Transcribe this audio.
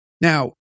Now